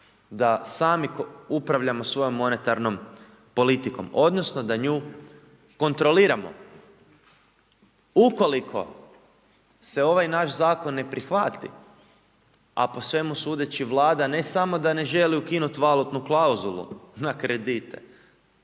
da sami upravljamo svojom monetarnom politikom odnosno da nju kontroliramo. Ukoliko se ovaj naš zakon ne prihvati, a po svemu sudeći Vlada ne samo da ne želi ukinut valutnu klauzulu na kredite,